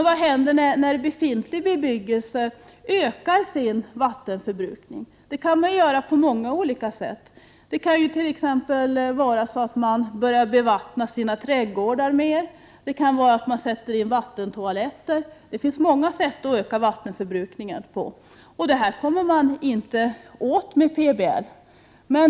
Vad händer när befintlig bebyggelse ökar sin vattenförbrukning? Det kan göras på många olika sätt. De boende kan t.ex. börja bevattna sina trädgårdar mer. Vattentoaletter kan sättas in. Det finns många sätt att öka vattenförbrukningen på. Det kommer man inte åt med PBL.